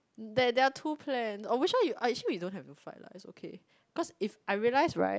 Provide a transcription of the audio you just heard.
there there are two plan oh which one you oh actually we don't need to fight lah it's okay cause if I realised [right]